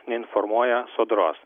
neinformuoja sodros